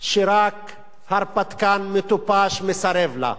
שרק הרפתקן מטופש מסרב לה,